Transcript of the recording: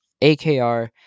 AKR